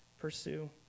pursue